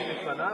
ואני לפניו?